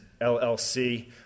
LLC